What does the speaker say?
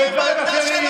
אל תשקר.